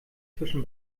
zwischen